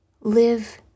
Live